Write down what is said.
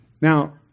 Now